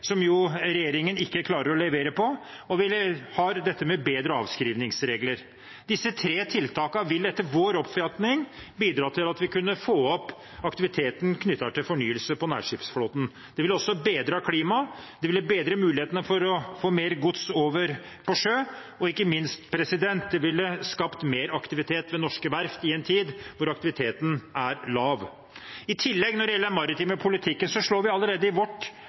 som regjeringen ikke klarer å levere på, og vi har dette med bedre avskrivningsregler. Disse tre tiltakene ville etter vår oppfatning bidratt til å få opp aktiviteten knyttet til fornyelse av nærskipsflåten. Det ville også bedret klimaet, det ville bedret mulighetene for å få mer gods over på sjø, og ikke minst ville det skapt mer aktivitet ved norske verft i en tid da aktiviteten er lav. I tillegg når det gjelder den maritime politikken, slår vi i vårt